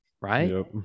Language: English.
right